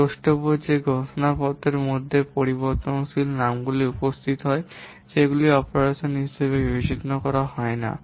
দ্রষ্টব্য যে ঘোষণাপত্রের মধ্যে পরিবর্তনশীল নামগুলি উপস্থিত হয় সেগুলি অপারেশন হিসাবে বিবেচনা করা হয় না